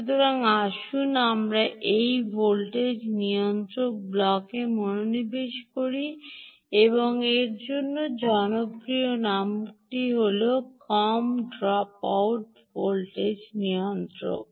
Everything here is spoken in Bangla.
সুতরাং আসুন আমরা এই ভোল্টেজ নিয়ন্ত্রক ব্লকে মনোনিবেশ করি এবং এর জন্য জনপ্রিয় নামটি হল কম ড্রপ আউট নিয়ন্ত্রক